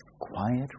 quiet